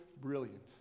brilliant